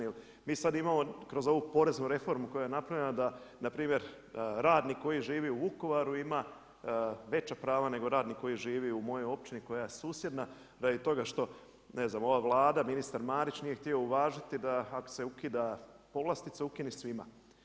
Jer mi sad imamo kroz ovu poreznu reformu koja je napravljena, da na primjer radnik koji živi u Vukovaru ima veća prava nego radnik koji živi u mojoj općini koja je susjedna radi toga što, ne znam ova Vlada, ministar Marić nije htio uvažiti da ako se ukida povlastice ukini svima.